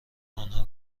آنها